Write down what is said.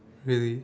okay